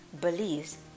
believes